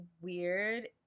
weird